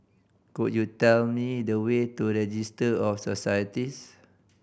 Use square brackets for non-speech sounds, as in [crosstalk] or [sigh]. could you tell me the way to [unintelligible] of Societies